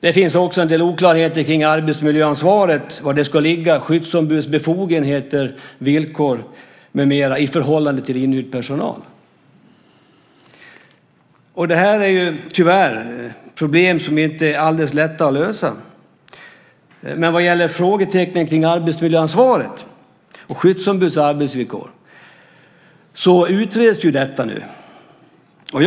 Det finns också en del oklarheter kring arbetsmiljöansvaret och var det ska ligga, kring skyddsombudsbefogenheter, villkor med mera i förhållande till inhyrd personal. Det här är tyvärr problem som inte är alldeles lätta att lösa. Vad gäller frågetecknen kring arbetsmiljöansvaret och skyddsombuds arbetsvillkor utreds frågan nu.